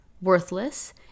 worthless